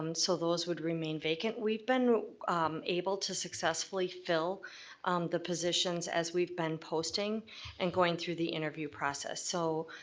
um so those would remain vacant. we've been able to successfully fill the positions as we've been posting and going through the interview process so,